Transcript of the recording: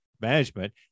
management